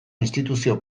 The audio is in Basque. instituzio